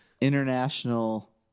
international